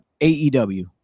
AEW